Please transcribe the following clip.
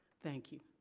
thank you.